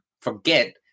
forget